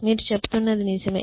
మీరు చెబుతున్నది నిజమే